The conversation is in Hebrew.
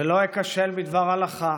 ולא איכשל בדבר הלכה,